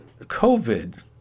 COVID